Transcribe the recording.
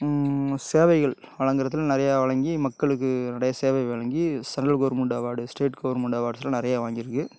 சேவைகள் வழங்குறதில் நிறையா வழங்கி மக்களுக்கு நிறையா சேவை வழங்கி central government award state government அவார்ட்ஸ்லாம் நிறையா வாங்கிருக்கு